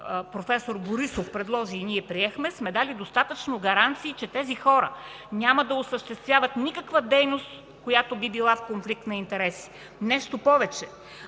проф. Борисов предложи и ние приехме, сме дали достатъчно гаранции, че тези хора няма да осъществяват никаква дейност, която би била в конфликт на интереси. Нещо повече,